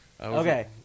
Okay